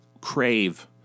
crave